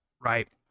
right